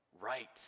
right